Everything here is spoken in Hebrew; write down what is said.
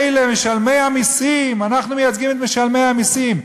אלה משלמי המסים, אנחנו מייצגים את משלמי המסים.